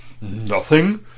Nothing